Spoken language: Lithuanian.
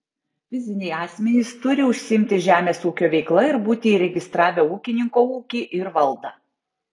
fiziniai asmenys turi užsiimti žemės ūkio veikla ir būti įregistravę ūkininko ūkį ir valdą